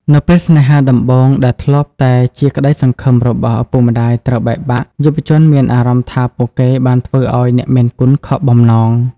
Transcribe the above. នៅពេលស្នេហាដំបូងដែលធ្លាប់តែជាក្តីសង្ឃឹមរបស់ឪពុកម្តាយត្រូវបែកបាក់ យុវជនមានអារម្មណ៍ថាពួកគេបានធ្វើឱ្យអ្នកមានគុណខកបំណង។